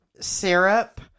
Syrup